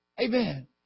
Amen